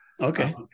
okay